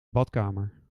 badkamer